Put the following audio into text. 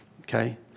okay